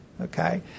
Okay